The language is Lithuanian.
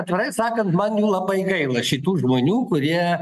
atvirai sakant man jų labai gaila šitų žmonių kurie